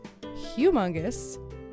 humongous